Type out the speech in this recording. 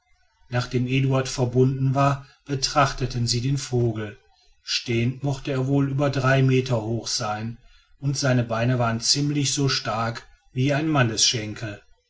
nachdem eduard verbunden war betrachteten sie den vogel stehend mochte er wohl über drei meter hoch sein und seine beine waren ziemlich so stark wie ein